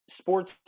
sports